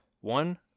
One